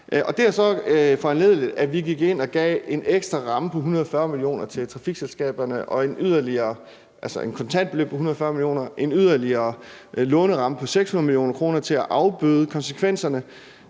det har så foranlediget, at vi gik ind og gav en ekstra ramme på 140 mio. kr. til trafikselskaberne, altså et kontantbeløb på 140 mio. kr., og en yderligere låneramme på 600 mio. kr. til at afbøde konsekvenserne.